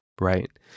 right